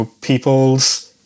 people's